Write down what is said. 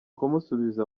kumusubiza